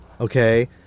Okay